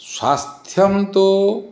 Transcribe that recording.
स्वास्थ्यं तु